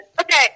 Okay